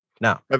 Now